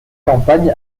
campagne